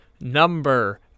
number